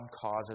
causes